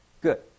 Good